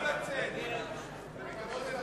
ההצעה להסיר מסדר-היום את הצעת חוק